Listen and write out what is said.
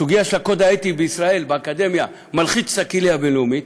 הסוגיה של הקוד האתי בישראל באקדמיה מלחיצה את הקהילייה הבין-לאומית,